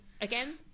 again